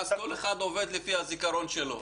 ואז כל אחד עובד לפי הזיכרון שלו.